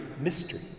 mystery